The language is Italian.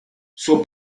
suo